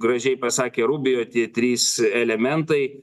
gražiai pasakė rubio tie trys elementai